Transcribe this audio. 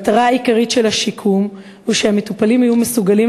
המטרה העיקרית של השיקום היא שהמטופלים יהיו מסוגלים